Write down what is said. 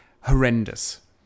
horrendous